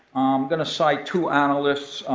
gonna cite two analysts,